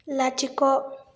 लाथिख'